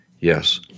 Yes